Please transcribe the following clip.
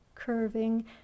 curving